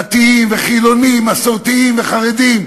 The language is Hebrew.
דתיים וחילונים, מסורתיים וחרדים,